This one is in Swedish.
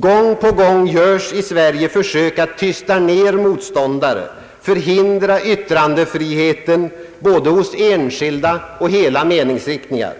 Gång på gång görs i Sverige försök att tysta ned motståndare, förhindra yttrandefriheten både hos enskilda och hela meningsriktningar.